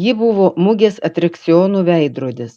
ji buvo mugės atrakcionų veidrodis